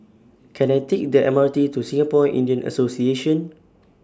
Can I Take The M R T to Singapore Indian Association